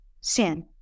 sin